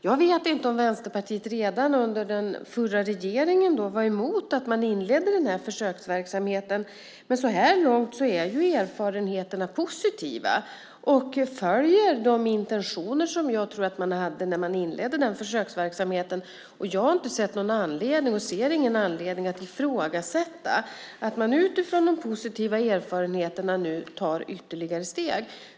Jag vet inte om Vänsterpartiet redan under den förra regeringen var emot att man inledde försöksverksamheten. Men så här långt är erfarenheterna positiva och följer de intentioner som jag tror att man hade när man inledde försöksverksamheten. Jag har inte sett, och ser inte, någon anledning att ifrågasätta att man utifrån de positiva erfarenheterna nu tar ytterligare steg.